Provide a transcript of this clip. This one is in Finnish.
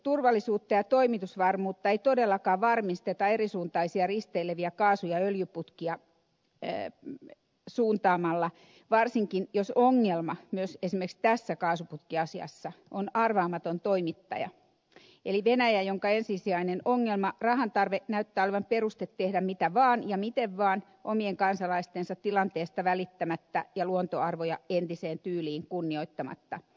turvallisuutta ja toimitusvarmuutta ei todellakaan varmisteta erisuuntaisia risteileviä kaasu ja öljyputkia suuntaamalla varsinkin jos ongelma myös esimerkiksi tässä kaasuputkiasiassa on arvaamaton toimittaja eli venäjä jonka ensisijainen ongelma rahantarve näyttää olevan peruste tehdä mitä vaan ja miten vaan omien kansalaistensa tilanteesta välittämättä ja luontoarvoja entiseen tyyliin kunnioittamatta